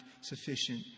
sufficient